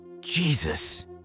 Jesus